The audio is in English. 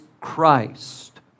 Christ